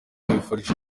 nkwifurije